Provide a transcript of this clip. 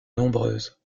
nombreuses